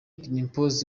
dimpoz